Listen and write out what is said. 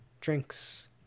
drinks